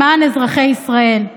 למען אזרחי ישראל.